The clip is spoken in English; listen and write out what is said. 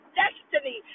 destiny